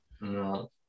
No